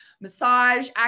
massage